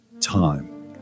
time